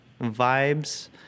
vibes